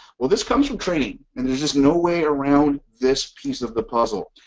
well this comes from training and there's just no way around this piece of the puzzle,